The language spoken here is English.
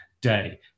day